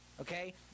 okay